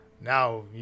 now